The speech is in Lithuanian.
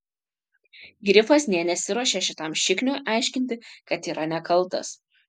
grifas nė nesiruošė šitam šikniui aiškinti kad yra nekaltas